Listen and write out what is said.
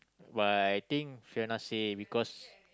but I think Fiona say because